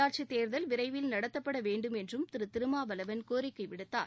உள்ளாட்சித் தேர்தல் விரைவில் நடத்தப்பட வேண்டும் என்றும் திரு திருமாவளவன் கோரிக்கை விடுத்தார்